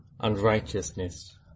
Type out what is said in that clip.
unrighteousness